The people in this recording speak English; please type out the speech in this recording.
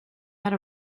out